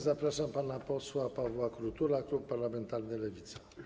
Zapraszam pana posła Pawła Krutula, klub parlamentarny Lewica.